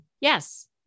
Yes